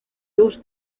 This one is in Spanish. luz